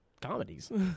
comedies